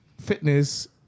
fitness